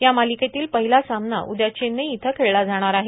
या मालिकेतील पहिला सामना उद्या चेत्रई इथं खेळला जाणार आहे